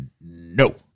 No